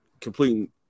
completing